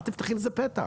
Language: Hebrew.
אל תפתחי לזה פתח.